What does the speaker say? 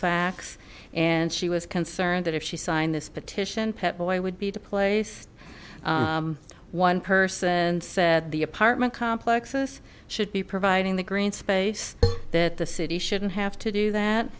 x and she was concerned that if she signed this petition pet boy would be to place one person said the apartment complexes should be providing the green space that the city shouldn't have to